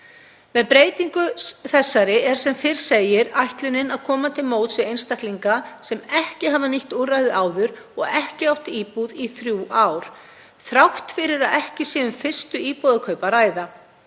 Með breytingu þessari er sem fyrr segir ætlunin að koma til móts við einstaklinga sem ekki hafa nýtt úrræðið áður og hafa ekki átt íbúð í þrjú ár þrátt fyrir að ekki sé um fyrstu íbúðarkaup að ræða.